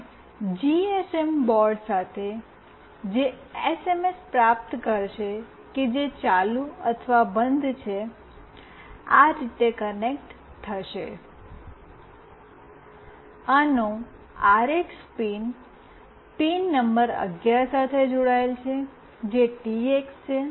અને GSM board સાથે જે એસએમએસ પ્રાપ્ત કરશે કે જે ચાલુ અથવા બંધ છે આ રીતે કનેક્ટ થશે આનો આરએક્સ પિન પિન નંબર 11 સાથે જોડાયેલ છે જે ટીએક્સ છે